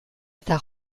eta